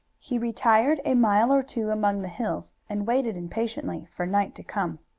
he retired a mile or two among the hills, and waited impatiently for night to come.